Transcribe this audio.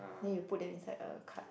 then you put them inside a card